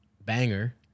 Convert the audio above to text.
banger